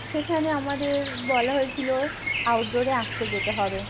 সেখানে আমাদের বলা হয়েছিলো আউটডোরে আঁকতে যেতে হবে